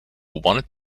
wants